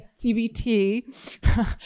CBT